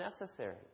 necessary